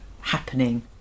happening